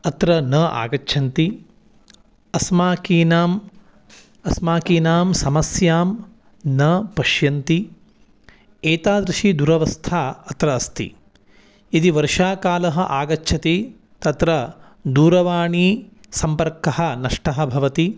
अत्र न आगच्छन्ति अस्माकम् अस्माकं समस्यां न पश्यन्ति एतादृशी दुरवस्था अत्र अस्ति यदि वर्षाकालः आगच्छति तत्र दूरवाणी सम्पर्कः नष्टः भवति